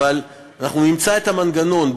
אבל אנחנו נמצא את המנגנון,